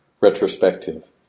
Retrospective